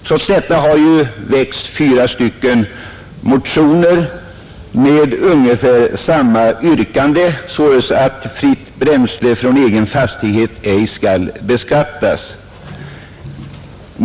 Trots detta har det väckts fyra stycken motioner med ungefär samma yrkande, således att fritt bränsle från egen fastighet ej skall beskattas.